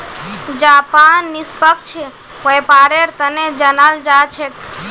Japan निष्पक्ष व्यापारेर तने जानाल जा छेक